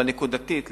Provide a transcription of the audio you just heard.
אבל נקודתית,